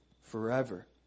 forever